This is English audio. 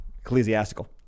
ecclesiastical